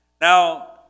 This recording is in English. Now